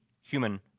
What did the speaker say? human